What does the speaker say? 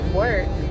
work